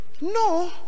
No